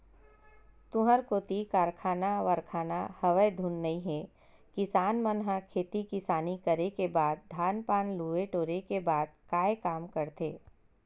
तुँहर कोती कारखाना वरखाना हवय धुन नइ हे किसान मन ह खेती किसानी करे के बाद धान पान ल लुए टोरे के बाद काय काम करथे?